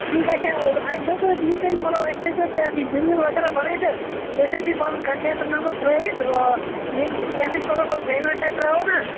ٹھیٖک اچھا اَسہِ تھٲے تو حظ یہِ تیٚلہِ مطلب اَسہِ تھٲے زیو تُہۍ اتھ یہِ بِل وِل وغیرہ بنٲیِتھ حظ بیٚیہِ تھٲے زِ یہِ پنُن کنٛٹٮ۪کٹ نمبر تھٲیِتھ ییٚمۍ یَتھ أسۍ پگاہ پتہٕ پیمنٛٹ تُہۍ ترٛاوو نا